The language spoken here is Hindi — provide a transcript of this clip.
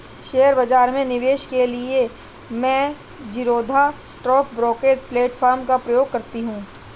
शेयर बाजार में निवेश के लिए मैं ज़ीरोधा स्टॉक ब्रोकरेज प्लेटफार्म का प्रयोग करती हूँ